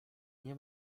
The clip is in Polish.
nie